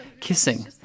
kissing